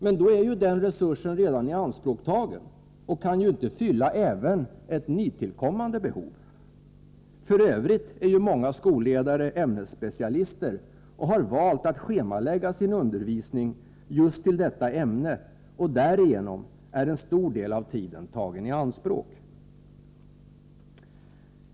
Men då är ju den resursen redan ianspråktagen och kan inte fylla även ett nytillkommande behov. F. ö. är många skolledare ämnesspecialister och har valt att schemalägga sin undervisning just till detta ämne, och därigenom är en stor del av tiden tagen i anspråk.